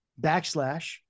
backslash